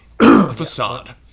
Facade